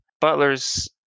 Butler's